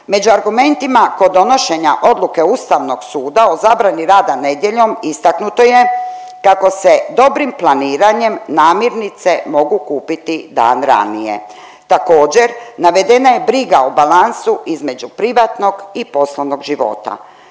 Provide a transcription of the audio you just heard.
Među argumentima kod donošenja odluke Ustavnog suda o zabrani rada nedjeljom istaknuto je kako se dobrim planiranjem namirnice mogu kupiti dan ranije. Također navedena je briga o balansu između privatnog i poslovnog života